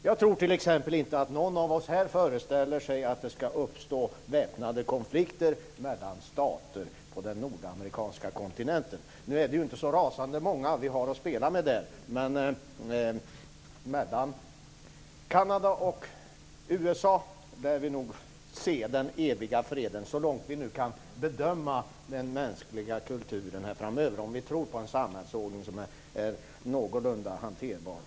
Jag tror t.ex. inte att någon av oss här föreställer sig att det skall uppstå väpnade konflikter mellan stater på den nordamerikanska kontinenten. Nu är det ju inte så rasande många stater vi har att spela med där, men mellan Kanada och USA lär vi nog få se en evig fred, så långt vi nu kan bedöma den mänskliga kulturen framöver och om vi tror på samhällsordning som är någorlunda hanterbar.